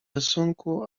rysunku